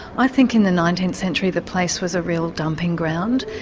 i think in the nineteenth century the place was a real dumping ground,